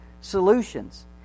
solutions